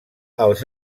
els